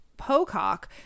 Pocock